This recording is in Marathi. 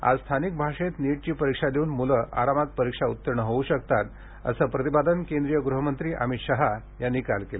आज स्थानिक भाषेत नीटची परीक्षा देऊन मुलं आरामात परीक्षा उत्तीर्ण होऊ शकतात असं प्रतिपादन केंद्रीय गृहमंत्री अमित शहा यांनी काल केलं